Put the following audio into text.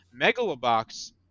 Megalobox